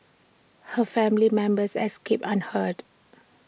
her family members escaped unhurt